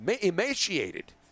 emaciated